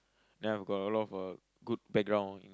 then I've got a lot of uh good background in